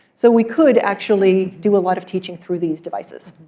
so we could actually do a lot of teaching through these devices.